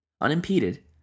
Unimpeded